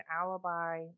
alibi